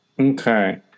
Okay